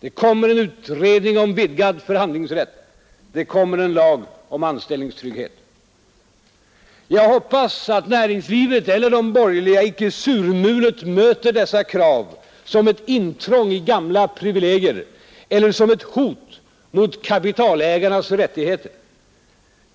Det kommer en utredning om vidgad förhandlingsrätt. Det kommer en lag om anställningstrygghet. Jag hoppas att näringslivet eller de borgerliga icke surmulet möter dessa krav som ett intrång i gamla privilegier eller som ett hot mot kapitalägarnas rättigheter.